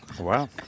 Wow